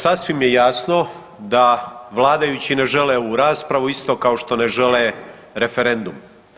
Sasvim je jasno da vladajući ne žele ovu raspravu isto kao što ne žele referendum.